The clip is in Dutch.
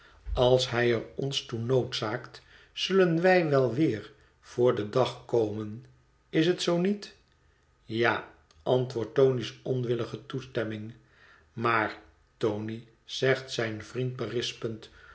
als hij er ons toe noodzaakt zullen wij wel weer voor den dag komen is het zoo niet ja antwoordt tony onwillige toestemming maar tony zegt zijn vriend berispend